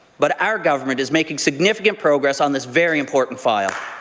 but our government is making significant progress on this very important file.